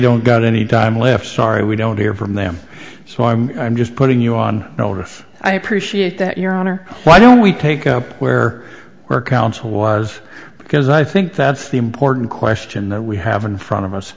don't got any time left sorry we don't hear from them so i'm i'm just putting you on notice i appreciate that your honor why don't we take up where your counsel was because i think that's the important question that we have in front of us